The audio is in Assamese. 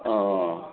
অঁ